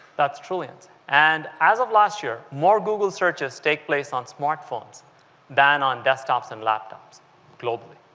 that's trillions. and as of last year, more google searches take place on smartphones than on desktops and laptops globally.